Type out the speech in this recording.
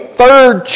third